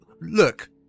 Look